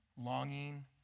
Longing